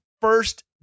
first